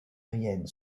aérienne